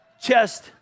Chest